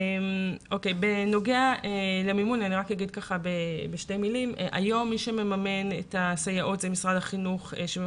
לגבי המימון היום משרד החינוך הוא זה שמממן